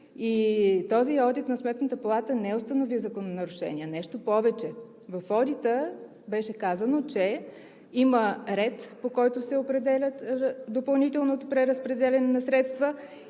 този одит на Сметната палата не установи закононарушения. Нещо повече, в Одита беше казано, че има ред, по който се определя допълнителното преразпределяне на средства